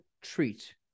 treat